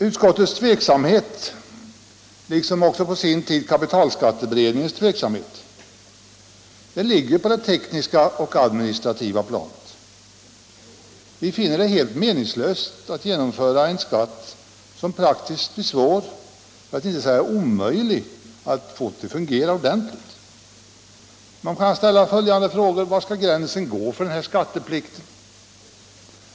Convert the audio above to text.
Utskottets, liksom också på sin tid kapitalskatteberedningens, tveksamhet ligger på det tekniska och det administrativa planet. Vi finner det helt meningslöst att genomföra en skatt som det praktiskt blir svårt för att inte säga omöjligt att få att fungera ordentligt. Man kan ställa följande frågor: Var skall gränsen gå för denna skatteplikt?